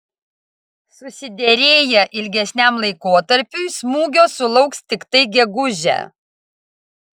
susiderėję ilgesniam laikotarpiui smūgio sulauks tiktai gegužę